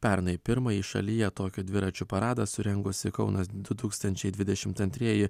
pernai pirmąjį šalyje tokį dviračių paradą surengusį kaunas du tūkstančiai dvidešim antrieji